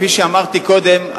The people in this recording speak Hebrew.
וכפי שאמרתי קודם,